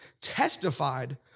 testified